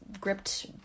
gripped